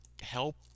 help